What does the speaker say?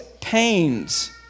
pains